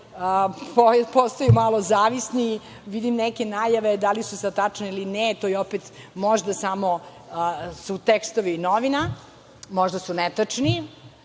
postaju malo zavisni. Vidim neke najave, da li su sad tačne ili ne, to su opet možda samo tekstovi u novinama, možda su netačni,